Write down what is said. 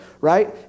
Right